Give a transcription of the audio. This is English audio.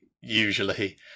usually